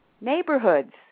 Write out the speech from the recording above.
neighborhoods